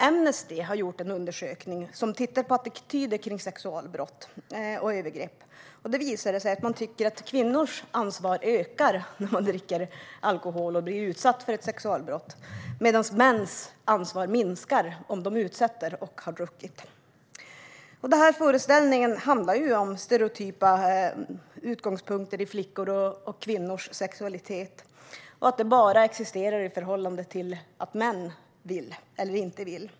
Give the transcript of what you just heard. Amnesty tittade i en undersökning på attityder kring sexualbrott och övergrepp, och det visade sig att man tycker att kvinnors ansvar ökar när de dricker alkohol och blir utsatta för sexualbrott - men att mäns ansvar minskar om de utsätter någon och har druckit. Den föreställningen handlar om stereotypa utgångspunkter i synen på flickors och kvinnors sexualitet och att den bara existerar i förhållande till att män vill eller inte vill.